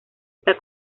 esta